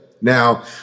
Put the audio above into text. Now